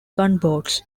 gunboats